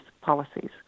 policies